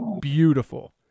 beautiful